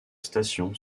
station